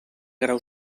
grau